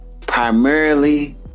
Primarily